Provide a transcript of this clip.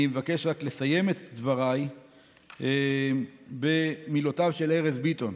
אני מבקש רק לסיים את דבריי במילותיו של ארז ביטון,